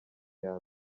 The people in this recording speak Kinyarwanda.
iya